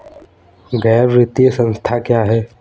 गैर वित्तीय संस्था क्या है?